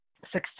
success